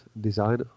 design